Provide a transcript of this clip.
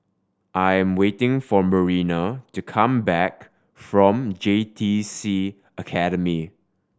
I am waiting for Marina to come back from J T C Academy